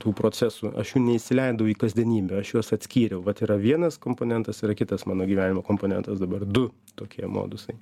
tų procesų aš jų neįsileidau į kasdienybę aš juos atskyriau vat yra vienas komponentas yra kitas mano gyvenimo komponentas dabar du tokie modusai